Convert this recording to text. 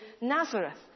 Nazareth